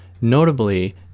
Notably